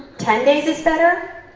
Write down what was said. ten days is better?